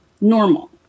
normal